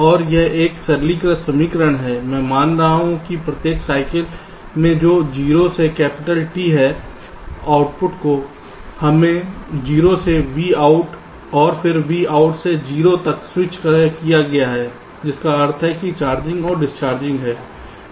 और यह एक सरलीकृत समीकरण है मैं मान रहा हूं कि प्रत्येक साइकिल में जो 0 से कैपिटल T है आउटपुट को हमें 0 से Vout और फिर Vout से 0 तक स्विच किया गया है जिसका अर्थ है कि चार्जिंग और डिस्चार्जिंग है